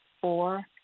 four